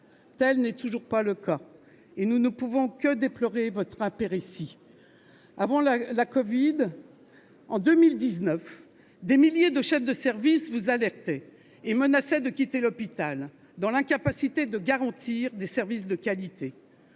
Tel n'est toujours pas le cas et nous ne pouvons que déplorer votre impéritie. Avant la pandémie, en 2019, des milliers de chefs de service vous alertaient et menaçaient de quitter l'hôpital en raison de l'incapacité de garantir des services de qualité.